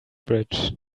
bridge